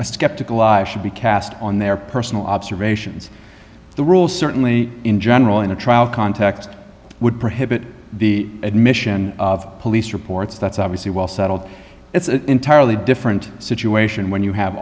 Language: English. e skeptical i should be cast on their personal observations the rule certainly in general in a trial context would prohibit the admission of police reports that's obviously well settled it's an entirely different situation when you have